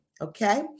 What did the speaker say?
Okay